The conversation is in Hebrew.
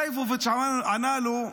ליבוביץ' ענה לו,